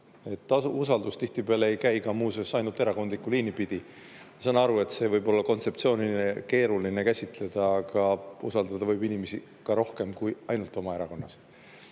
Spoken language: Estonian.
Usaldus tihtipeale ei käi ka, muuseas, ainult erakondlikku liini pidi. Ma saan aru, et seda võib olla kontseptsioonina keeruline käsitleda, aga usaldada võib rohkemaid inimesi kui ainult oma erakonnast.